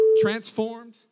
transformed